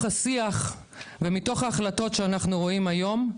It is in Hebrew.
השיח ומתוך ההחלטות שאנחנו רואים היום,